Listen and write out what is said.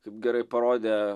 kaip gerai parodė